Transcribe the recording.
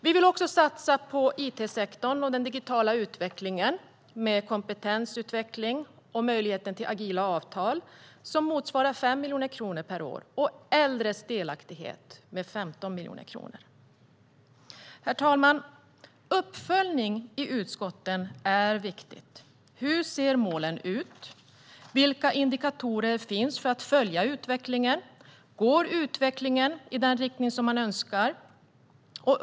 Vi vill också satsa 5 miljoner kronor per år på it-sektorn och den digitala utvecklingen, med kompetensutveckling och möjlighet till agila avtal, och 15 miljoner kronor på äldres delaktighet. Herr talman! Uppföljning i utskotten är viktigt. Hur ser målen ut? Vilka indikatorer finns för att följa utvecklingen? Går utvecklingen i den riktning som man önskar?